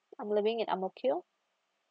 I'm living at ang mo kio